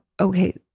okay